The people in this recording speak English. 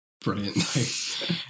Brilliant